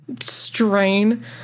strain